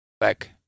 back